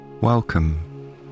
Welcome